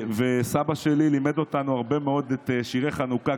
וסבא שלי לימד אותנו הרבה מאוד את שירי חנוכה,